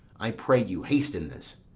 i pray you, haste in this.